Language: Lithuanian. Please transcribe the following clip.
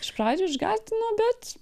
iš pradžių išgąsdino bet